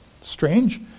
strange